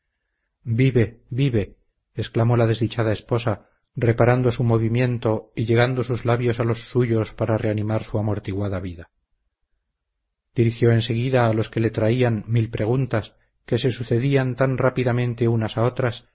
vive vive exclamó la desdichada esposa reparando su movimiento y llegando sus labios a los suyos para reanimar su amortiguada vida dirigió en seguida a los que le traían mil preguntas que se sucedían tan rápidamente unas a otras